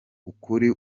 ukuri